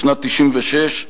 בשנת 1996,